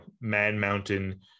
man-mountain